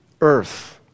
earth